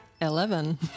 Eleven